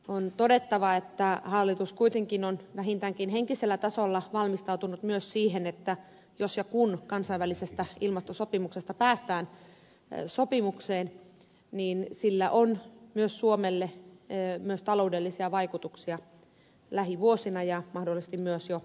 on todettava että hallitus kuitenkin on vähintäänkin henkisellä tasolla valmistautunut myös siihen että jos ja kun kansainvälisestä ilmastosopimuksesta päästään sopimukseen niin sillä on myös suomelle myös taloudellisia vaikutuksia lähivuosina mahdollisesti myös jo ensi vuonna